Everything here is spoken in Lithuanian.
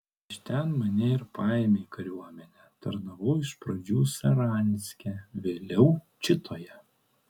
iš ten mane ir paėmė į kariuomenę tarnavau iš pradžių saranske vėliau čitoje